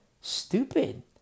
stupid